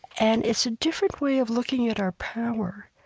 and it's a different way of looking at our power.